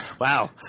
Wow